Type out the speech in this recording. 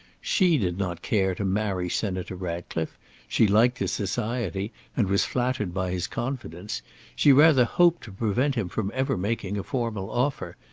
she did not care to marry senator ratcliffe she liked his society and was flattered by his confidence she rather hoped to prevent him from ever making a formal offer,